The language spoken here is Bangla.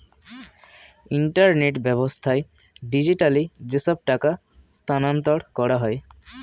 ইন্টারনেট ব্যাবস্থায় ডিজিটালি যেসব টাকা স্থানান্তর করা হয়